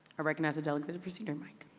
recognize the delegate at the procedure mic.